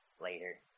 later